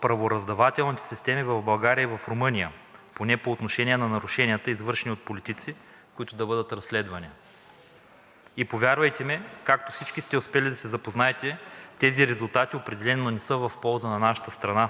правораздавателните системи в България и в Румъния – поне по отношение на нарушенията, извършени от политици, които да бъдат разследвани. И повярвайте ми, както всички сте успели да се запознаете, тези резултати определено не са в полза на нашата страна.